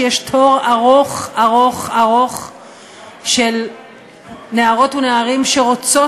ויש תור ארוך ארוך ארוך של נערות ונערים שרוצות